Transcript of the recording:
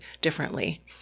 differently